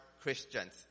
Christians